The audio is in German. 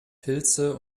pilze